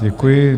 Děkuji.